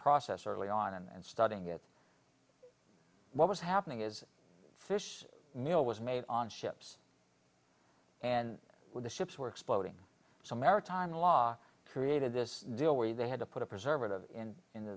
process early on and studying it what was happening is fish meal was made on ships and with the ships were exploding so maritime law created this deal where they had to put a preservative in in